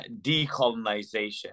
decolonization